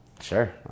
sure